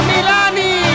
Milani